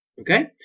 okay